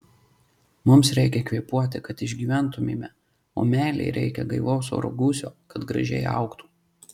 mums reikia kvėpuoti kad išgyventumėme o meilei reikia gaivaus oro gūsio kad gražiai augtų